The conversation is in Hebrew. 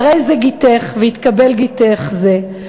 "הרי זה גטך ויתקבל גטך זה,